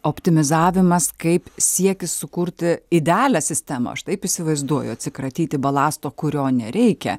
optimizavimas kaip siekis sukurti idealią sistemą aš taip įsivaizduoju atsikratyti balasto kurio nereikia